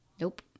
Nope